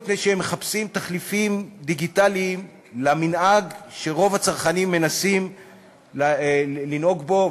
מפני שהם מחפשים תחליפים דיגיטליים למנהג שרוב הצרכנים מנסים לנהוג בו,